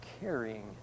carrying